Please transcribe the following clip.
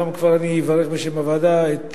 גם כבר אברך בשם הוועדה את